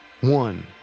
One